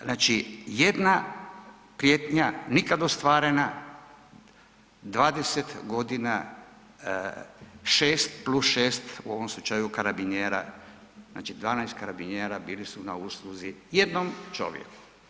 Znači, jedna prijetnja nikad ostvarena, 20 godina 6 plus 6 u ovom slučaju karabinjera, znači 12 karabinjera bili su na usluzi jednom čovjeku.